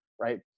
right